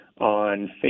on